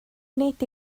nid